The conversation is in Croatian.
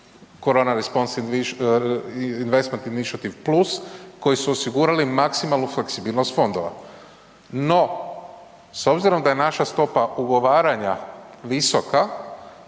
Corona response investment initiative plus koji su osigurali maksimalnu fleksibilnost fondova. No, s obzirom da je naša stopa ugovaranja visoka,